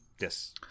Yes